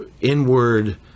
inward